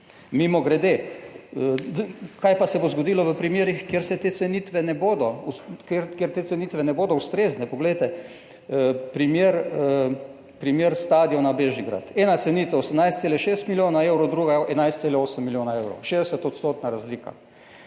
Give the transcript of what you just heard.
Mimogrede, kaj pa se bo zgodilo v primerih, kjer te cenitve ne bodo ustrezne? Poglejte primer stadiona Bežigrad, ena cenitev 18,6 milijona evrov, druga 11,8 milijona evrov, 60-odstotna razlika.